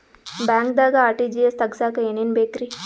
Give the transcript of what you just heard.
ಬ್ಯಾಂಕ್ದಾಗ ಆರ್.ಟಿ.ಜಿ.ಎಸ್ ತಗ್ಸಾಕ್ ಏನೇನ್ ಬೇಕ್ರಿ?